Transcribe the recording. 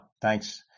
thanks